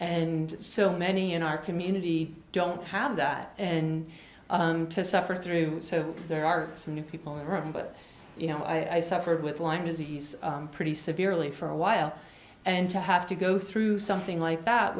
and so many in our community don't have that in to suffer through so there are some new people hurting but you know i suffered with like disease pretty severely for a while and to have to go through something like that